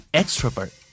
extrovert